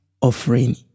offering